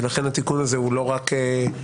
ולכן התיקון הזה הוא לא רק מתבקש,